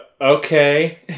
Okay